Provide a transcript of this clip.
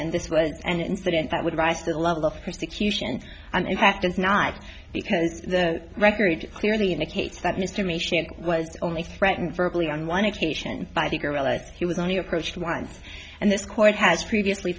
and this was an incident that would rise to the level of prosecutions and in fact it's not because the record clearly indicates that his commission was only threatened virtually on one occasion he was only approached once and this court has previously